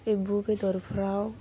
एम्बु बेदरफ्राव